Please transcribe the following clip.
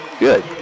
Good